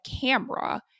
camera